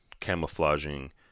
camouflaging